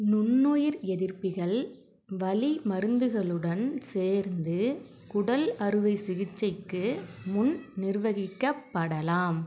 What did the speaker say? நுண்ணுயிர் எதிர்ப்பிகள் வலி மருந்துகளுடன் சேர்ந்து குடல் அறுவை சிகிச்சைக்கு முன் நிர்வகிக்கப்படலாம்